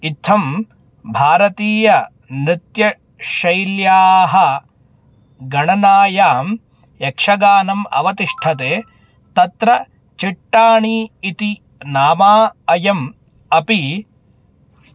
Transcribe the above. इत्थं भारतीयनृत्यशैल्याः गणनायां यक्षगानम् अवतिष्ठते तत्र चिट्टाणि इति नामा अयम् अपि